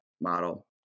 model